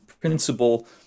principle